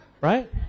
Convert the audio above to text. right